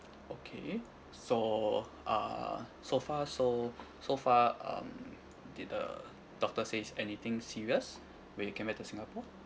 okay so uh so far so so far uh did the doctor says anything serious when you came back to singapore